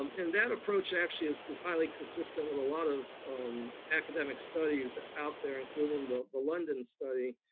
um and that approach actually is is highly consistent with a lot of academic studies out there, including the the london study